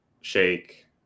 shake